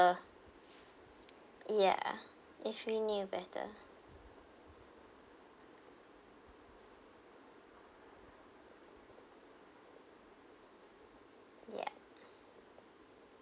~er ya if we knew better ya